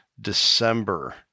December